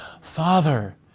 Father